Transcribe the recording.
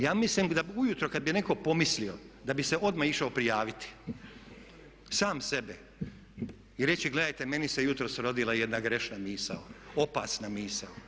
Ja mislim da ujutro kada bi netko pomislio da bi se odmah išao prijaviti, sam sebe i reći gledajte meni se jutros rodila jedna grešna misao, opasna misao.